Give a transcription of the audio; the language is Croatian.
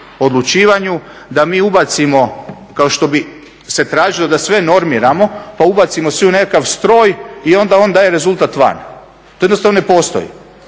odlučivanju da mi ubacimo kao što bi se tražilo da sve normiramo pa ubacimo sve u nekakav stroj i onda on daje rezultat van, to jednostavno ne postoji.